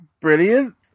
Brilliant